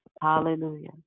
Hallelujah